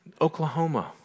Oklahoma